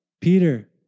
Peter